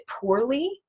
poorly